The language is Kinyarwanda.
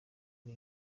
ari